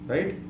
Right